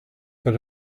but